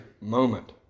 moment